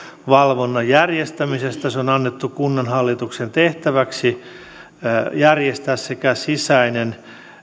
valvonnan järjestämisestä kunnanhallituksen tehtäväksi on annettu järjestää sekä sisäinen